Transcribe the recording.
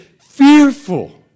fearful